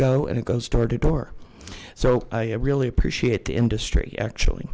go and it goes door to door so i really appreciate the industry actually